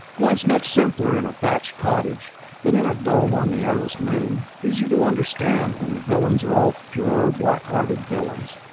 life's much simpler in a thatched cottage than in a dome on the airless moon, easier to understand when the villains are all pure black-hearted villains,